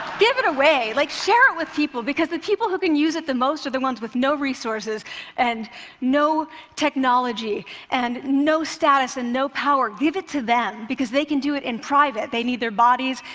give it away. like share it with people, because the people who can use it the most are the ones with no resources and no technology and no status and no power. give it to them because they can do it in private. they need their bodies,